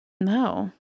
No